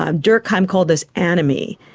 um durkheim called this anomie.